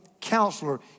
counselor